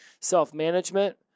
Self-management